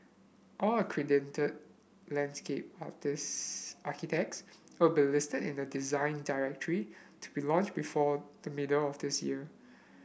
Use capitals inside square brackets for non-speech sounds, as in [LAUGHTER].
all accredited landscape [UNINTELLIGIBLE] architects will be listed in a Design Directory to be launched before the middle of this year